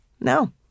No